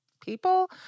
people